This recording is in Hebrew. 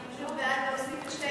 אני בעד להוסיף את שתי ההסתייגויות האלה,